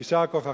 יישר כוחך.